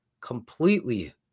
completely